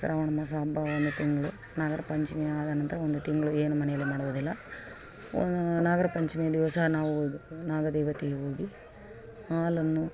ಶ್ರಾವಣ ಮಾಸ ಹಬ್ಬ ಒಂದು ತಿಂಗಳು ನಾಗರಪಂಚಮಿ ಆದನಂತರ ಒಂದು ತಿಂಗಳು ಏನು ಮನೆಯಲ್ಲಿ ಮಾಡುವುದಿಲ್ಲ ಒನ ನಾಗರಪಂಚಮಿಯ ದಿವಸ ನಾವು ನಾಗದೇವತೆಗೊಗಿ ಹಾಲನ್ನು